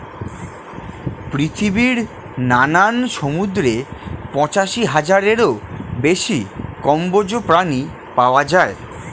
পৃথিবীর নানান সমুদ্রে পঁচাশি হাজারেরও বেশি কম্বোজ প্রাণী পাওয়া যায়